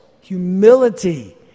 Humility